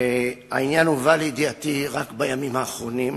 העניין הובא לידיעתי רק בימים האחרונים.